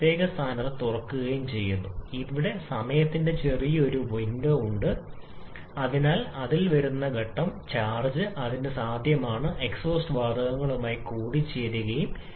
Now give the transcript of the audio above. അത് യഥാർത്ഥ സ്റ്റൈക്കിയോമെട്രിക് മിശ്രിതത്തെക്കുറിച്ചാണ് സംസാരിക്കുന്നത് സ്റ്റൈക്കിയോമെട്രിക് വായു ഇന്ധനം പരസ്പരം തുല്യമാണ് നിങ്ങൾക്ക് സ്റ്റോയിയോമെട്രിക് വിതരണം ചെയ്യുന്നു വായുവിന്റെ അളവ് മാത്രം